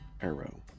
arrow